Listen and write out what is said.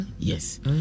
Yes